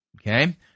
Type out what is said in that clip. Okay